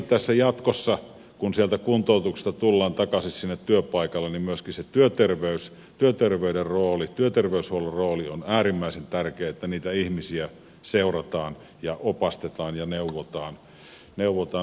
tässä jatkossa kun sieltä kuntoutuksesta tullaan takaisin sinne työpaikalle myöskin se työ terveys ja terveitä rooli työterveyshuollon rooli on äärimmäisen tärkeä että niitä ihmisiä seurataan ja opastetaan ja neuvotaan